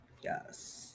Yes